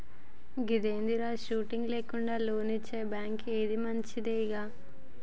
ఇదేందిరా, షూరిటీ లేకుండా లోన్లిచ్చే బాంకా, ఏంది మంచిదే గదా